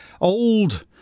old